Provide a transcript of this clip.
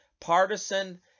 partisan